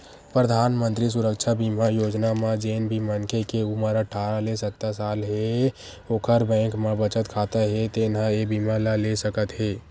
परधानमंतरी सुरक्छा बीमा योजना म जेन भी मनखे के उमर अठारह ले सत्तर साल हे ओखर बैंक म बचत खाता हे तेन ह ए बीमा ल ले सकत हे